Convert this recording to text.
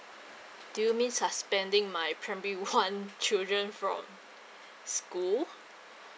do you mean suspending my primary one children from school